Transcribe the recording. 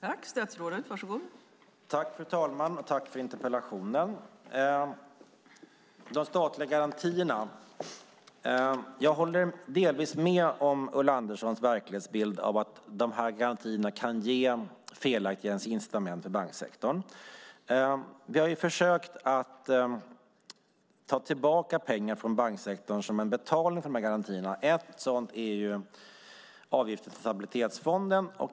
Fru talman! Jag tackar Ulla Andersson för interpellationen. Jag håller delvis med henne om att de statliga garantierna kan ge felaktiga incitament till banksektorn. Vi har försökt att ta tillbaka pengar från banksektorn som en betalning för garantierna. Ett sådant försök är avgiften till stabilitetsfonden.